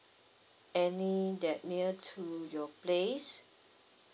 any that near to you place